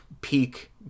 peak